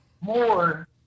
more